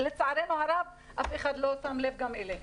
ולצערנו הרב אף אחד לא שם לב אליהם.